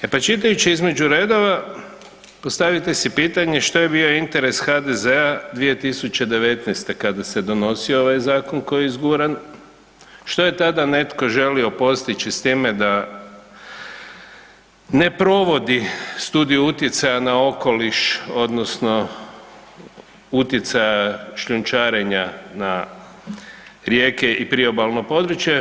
E pa čitajući između redova, postavite si pitanje što je bio interes HDZ-a 2019.kada se donosio ovaj zakon koji je izguran, što je tada netko želio postići s time da ne provodi studiju utjecaja na okoliš odnosno utjecaja šljunčarenja na rijeke i priobalno područje.